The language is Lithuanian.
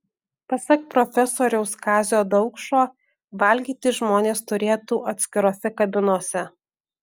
pasak profesoriaus kazio daukšo valgyti žmonės turėtų atskirose kabinose